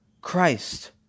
Christ